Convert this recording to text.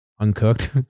Uncooked